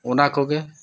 ᱚᱱᱟ ᱠᱚᱜᱮ